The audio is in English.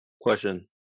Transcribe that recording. question